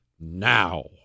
now